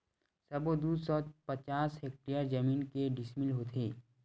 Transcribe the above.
सबो दू सौ पचास हेक्टेयर जमीन के डिसमिल होथे?